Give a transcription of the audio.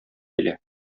килә